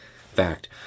Fact